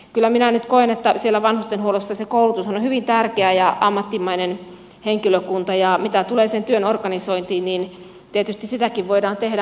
kyllä minä nyt koen että siellä vanhustenhuollossa se koulutus on hyvin tärkeä ja ammattimainen henkilökunta ja mitä tulee sen työn organisointiin niin tietysti sitäkin voidaan tehdä